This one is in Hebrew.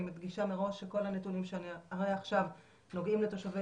אני מדגישה מראש שכל הנתונים שאני אראה עכשיו נוגעים לתושבי